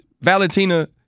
Valentina